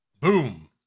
Boom